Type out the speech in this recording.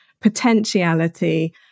potentiality